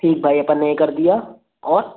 ठीक भाई आपन ने यह कर दिया और